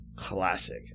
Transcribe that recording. Classic